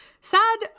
sad